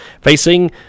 Facing